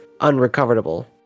unrecoverable